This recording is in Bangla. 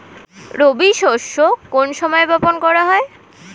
রবি শস্য কোন সময় বপন করা হয়?